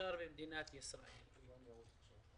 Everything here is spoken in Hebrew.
ל-80,000 עובדים ב-96